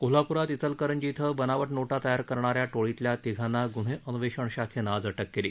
कोल्हापूरात इचलकरंजी इथं बनावट नोटा तयार करणाऱ्या टोळीतल्या तिघांना गुन्हे अन्वेषण शाखेनं आज अटक केली